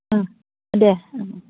ओं दे ओं